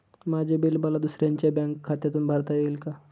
माझे बिल मला दुसऱ्यांच्या बँक खात्यातून भरता येईल का?